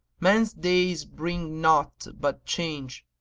man's days bring nought but change,